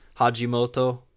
Hajimoto